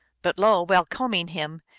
but lo! while combing him,